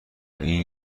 این